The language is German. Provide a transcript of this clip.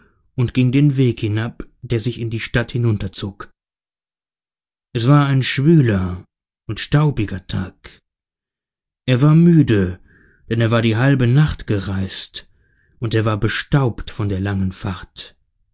und ging den weg hinab der sich in die stadt hinunterzog es war ein schwüler und staubiger tag er war müde denn er war die halbe nacht gereist und er war bestaubt von der langen fahrt